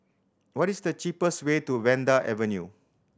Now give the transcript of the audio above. what is the cheapest way to Vanda Avenue